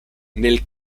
nel